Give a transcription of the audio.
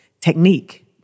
technique